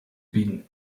been